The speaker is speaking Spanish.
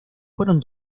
fueron